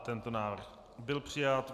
Tento návrh byl přijat.